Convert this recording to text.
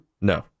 No